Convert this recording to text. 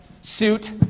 suit